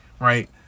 right